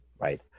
right